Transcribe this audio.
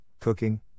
cooking